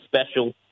special